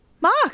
mark